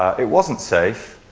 it wasn't safe.